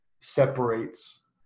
separates